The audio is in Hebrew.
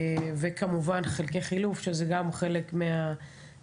וכמובן חלקי החילוף שגם זה חלק מהבעיה.